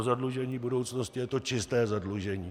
Zadlužení budoucnosti je to čisté zadlužení.